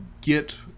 get